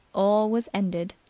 all was ended.